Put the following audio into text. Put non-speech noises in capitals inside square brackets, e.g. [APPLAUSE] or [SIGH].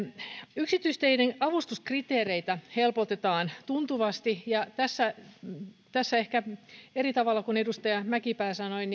yksityisteiden avustuskriteereitä helpotetaan tuntuvasti ja tässä tässä ehkä eri tavalla kuin edustaja mäkipää sanoi [UNINTELLIGIBLE]